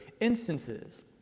instances